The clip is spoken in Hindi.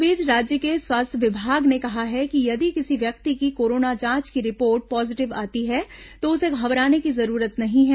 इस बीच राज्य के स्वास्थ्य विभाग ने कहा है कि यदि किसी व्यक्ति की कोरोना जांच की रिपोर्ट पॉजिटिव आती है तो उसे घबराने की जरूरत नहीं है